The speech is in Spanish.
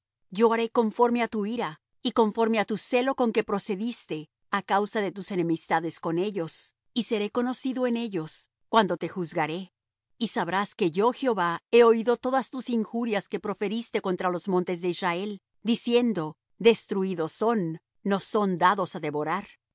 yo haré conforme á tu ira y conforme á tu celo con que procediste á causa de tus enemistades con ellos y seré conocido en ellos cuando te juzgaré y sabrás que yo jehová he oído todas tus injurias que proferiste contra los montes de israel diciendo destruídos son nos son dados á devorar